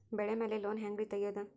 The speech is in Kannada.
ಬೆಳಿ ಮ್ಯಾಲೆ ಲೋನ್ ಹ್ಯಾಂಗ್ ರಿ ತೆಗಿಯೋದ?